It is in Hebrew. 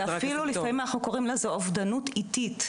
זה אפילו לפעמים אנחנו קוראים לזה "אובדנות איטית",